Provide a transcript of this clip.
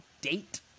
date